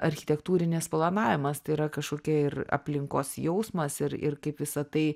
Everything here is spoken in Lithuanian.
architektūrinis planavimas tai yra kažkokia ir aplinkos jausmas ir ir kaip visa tai